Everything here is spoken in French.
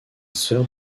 sœur